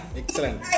excellent